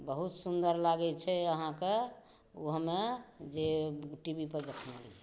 बहुत सुन्दर लागै छै अहाँकेॅं ओ हमे जे टीवी पर देखने रहियै